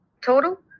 total